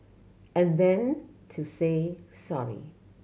and then to say sorry